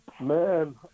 Man